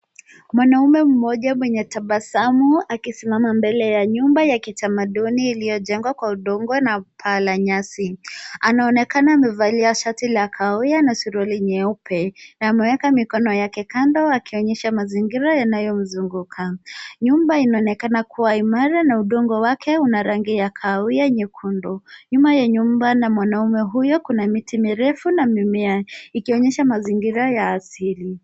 Mwanaume mmoja mwenye tabasamu akisimama mbele ya nyumba ya kitamaduni yaliojengwa kwa udongo na paa la nyasi, ana onekana amevalia shati la kahawia na suruali nyeupe na ame eka mkono wake kando akionyesha mazingira inayomzunguka. Nyumba inaonekana kuwa imara na udongo wake una rangi ya kahawia nyekundu, nyuma ya nyumba na mwanaume huyo kuna miti mirefu na mimea ikionyesha mazingira ya asili.